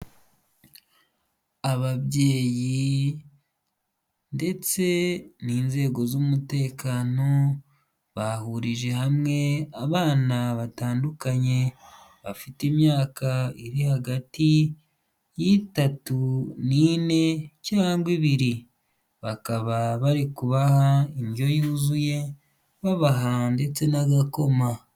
Ababyeyi ndetse n'inzego z'umutekano bahurije hamwe abana batandukanye bafite imyaka iri hagati y'itatu n'ine cyangwa ibiri bakaba bari kubaha indyo yuzuye babaha ndetse n'agakoma.